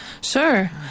Sure